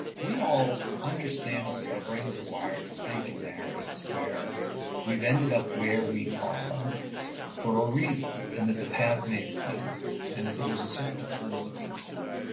we all, understandably our brains are wired to think in narratives where we've ended up where we are for a reason, and that the path made sense, and that there was a certain determinacy to it.